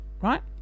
Right